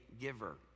giver